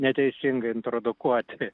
neteisingai introdukuoti